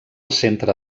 centre